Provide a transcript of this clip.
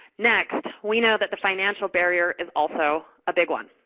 next, we know that the financial barrier is also a big one.